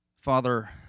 Father